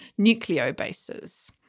nucleobases